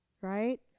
Right